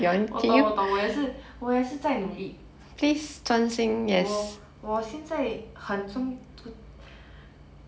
我懂我懂我也是我也是在努力我我现在很